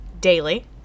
Daily